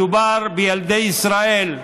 מדובר בילדי ישראל.